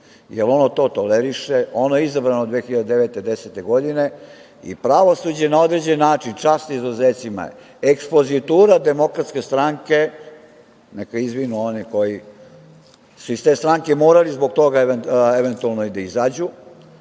jer ono to toleriše. Ono je izabrano 2009/2010 godine i pravosuđe na određen način, čast izuzecima, ekspozitura DS, neka izvinu oni koji su iz te stranke morali zbog toga eventualno i da izađu,